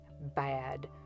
bad